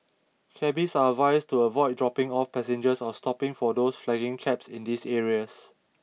Cabbies are advised to avoid dropping off passengers or stopping for those flagging cabs in these areas